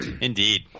Indeed